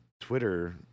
Twitter